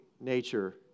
nature